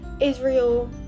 Israel